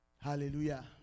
Hallelujah